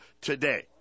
today